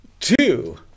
Two